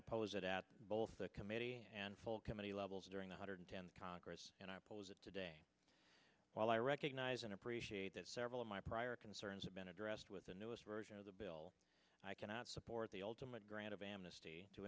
oppose it at both the committee and full committee levels during one hundred tenth congress and i oppose it today while i recognize and appreciate that several of my prior concerns have been addressed with the newest version of the bill i cannot support the ultimate grant of amnesty t